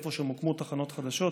במקומות שבהם מוקמו תחנות חדשות